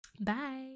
bye